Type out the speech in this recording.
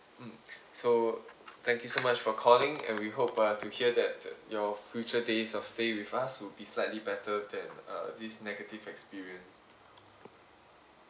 mm so thank you so much for calling and we hope uh to hear that your future days of stay with us will be slightly better than uh this negative experience